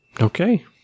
Okay